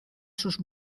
sus